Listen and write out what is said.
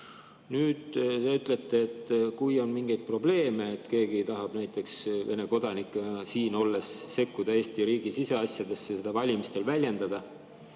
Nüüd te ütlete, et kui on mingeid probleeme, et keegi tahab näiteks Vene kodanikuna siin olles sekkuda Eesti riigi siseasjadesse, seda valimistel väljendada,